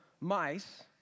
mice